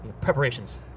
preparations